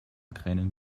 kränen